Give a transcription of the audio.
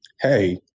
hey